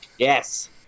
Yes